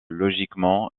logiquement